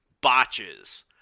botches